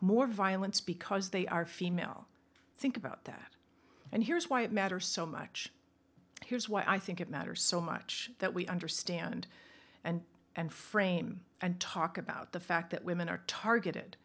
more violence because they are female think about that and here's why it matters so much here's why i think it matters so much that we understand and and frame and talk about the fact that women are targeted